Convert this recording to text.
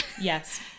Yes